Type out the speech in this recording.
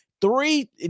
Three